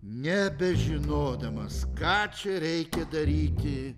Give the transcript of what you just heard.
nebežinodamas ką čia reikia daryti